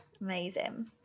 Amazing